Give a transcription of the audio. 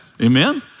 Amen